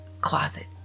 closet